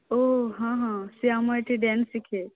ଓଃ ହଁ ହଁ ସେ ଆମ ଏଇଠି ଡ୍ୟାନ୍ସ ଶିଖେ